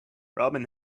robin